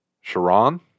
Sharon